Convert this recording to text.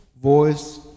voice